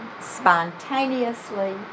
spontaneously